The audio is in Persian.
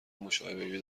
مشابهی